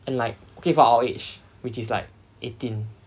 and like okay for our age which is like eighteen